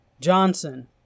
johnson